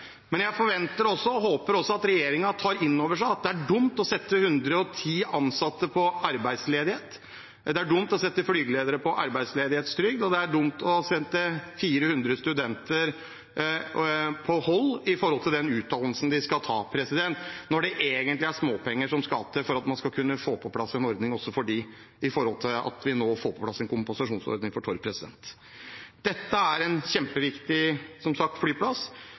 men jeg forventer og håper også at regjeringen tar inn over seg at det er dumt å sende 110 ansatte i arbeidsledighet, at det er dumt å sette flygeledere på arbeidsledighetstrygd, og at det er dumt å sette 400 studenter på hold med hensyn til den utdannelsen de skal ta. Det er egentlig småpenger som skal til for at man skal kunne få på plass en ordning også for dem – når det gjelder at vi nå får på plass en kompensasjonsordning for Torp. Dette er som sagt en kjempeviktig